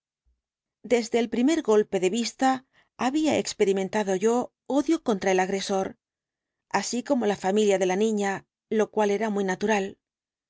desde el primer golpe de vista había experimentado yo odio contra el agresor así como la familia de la niña lo cual era muy natural